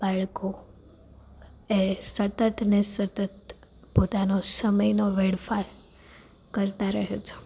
બાળકો એ સતત ને સતત પોતાનો સમયનો વેડફાટ કરતા રહે છે